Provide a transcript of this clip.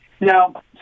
now